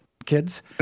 Kids